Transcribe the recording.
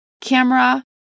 camera